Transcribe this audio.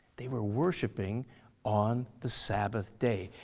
they were worshiping on the sabbath day.